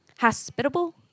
Hospitable